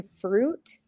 fruit